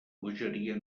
bogeria